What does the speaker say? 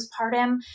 postpartum